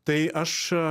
tai aš